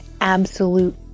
absolute